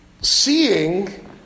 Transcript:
seeing